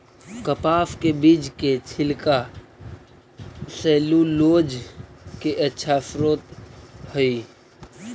कपास के बीज के छिलका सैलूलोज के अच्छा स्रोत हइ